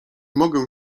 mogę